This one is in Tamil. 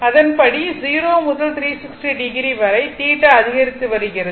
அதன்படி 0 முதல் 360 o வரை θ அதிகரித்து வருகிறது